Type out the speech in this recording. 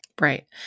Right